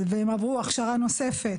והם עברו הכשרה נוספת,